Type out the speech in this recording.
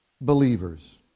believers